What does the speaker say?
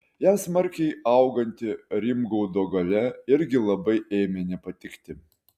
jam smarkiai auganti rimgaudo galia irgi labai ėmė nepatikti